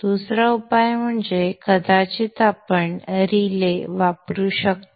दुसरा उपाय म्हणजे कदाचित आपण रिले वापरू शकतो